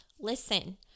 listen